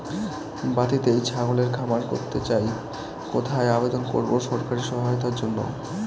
বাতিতেই ছাগলের খামার করতে চাই কোথায় আবেদন করব সরকারি সহায়তার জন্য?